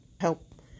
help